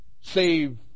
save